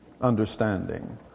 understanding